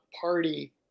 party